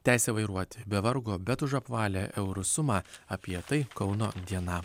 teisę vairuoti be vargo bet už apvalią eurų sumą apie tai kauno diena